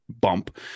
bump